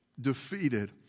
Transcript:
defeated